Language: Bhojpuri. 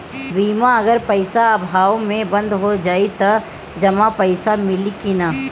बीमा अगर पइसा अभाव में बंद हो जाई त जमा पइसा मिली कि न?